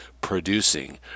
producing